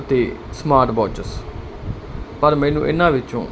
ਤੇ smart watches ਪਰ ਮੈਨੂੰ ਇਹਨਾਂ ਵਿੱਚੋਂ